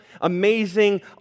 amazing